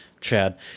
Chad